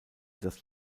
das